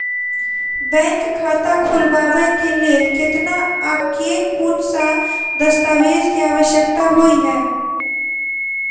Bank खाता खोलबाबै केँ लेल केतना आ केँ कुन सा दस्तावेज केँ आवश्यकता होइ है?